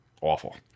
Awful